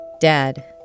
Dad